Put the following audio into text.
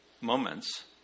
moments